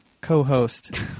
co-host